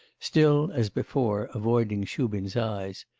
still as before avoiding shubin's eyes.